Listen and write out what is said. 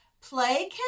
Play